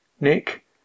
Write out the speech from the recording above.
Nick